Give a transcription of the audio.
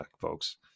folks